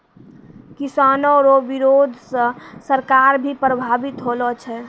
किसानो रो बिरोध से सरकार भी प्रभावित होलो छै